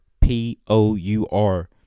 p-o-u-r